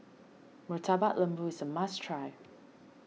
Murtabak Lembu is a must try